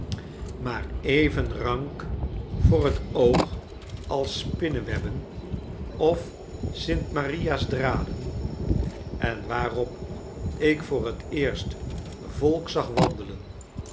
maar even rank voor het oog als spinnewebben of st marias draden en waarop ik voor het eerst volk zag wandelen